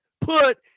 put